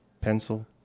pencil